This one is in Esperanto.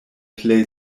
plej